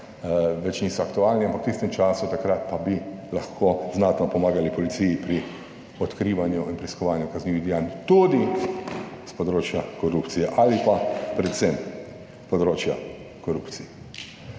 več, niso aktualni, ampak v tistem času, takrat pa bi lahko znatno pomagali policiji pri odkrivanju in preiskovanju kaznivih dejanj tudi s področja korupcije ali pa predvsem s področja korupcije.